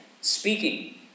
speaking